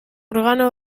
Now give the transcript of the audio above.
organo